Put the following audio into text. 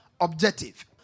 objective